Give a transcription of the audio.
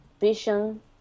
vision